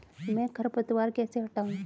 मैं खरपतवार कैसे हटाऊं?